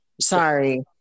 Sorry